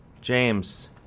James